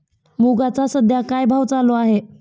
मुगाचा सध्या काय भाव चालू आहे?